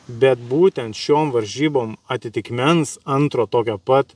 bet būtent šiom varžybom atitikmens antro tokio pat